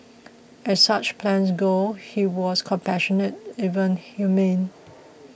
as such plans go he was compassionate even humane